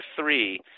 three